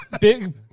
big